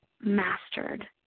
mastered